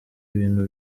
ibintu